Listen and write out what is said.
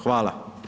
Hvala.